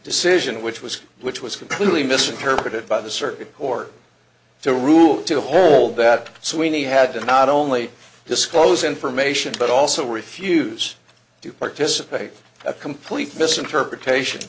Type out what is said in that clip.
decision which was which was completely misinterpreted by the circuit court to rule to hold that sweeney had to not only disclose information but also refuse to participate a complete misinterpretati